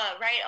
right